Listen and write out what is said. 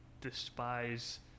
despise